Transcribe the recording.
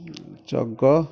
ଚଗ